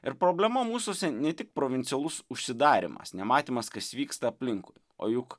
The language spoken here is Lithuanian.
ir problema mūsuose ne tik provincialus užsidarymas nematymas kas vyksta aplinkui o juk